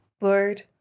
Lord